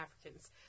Africans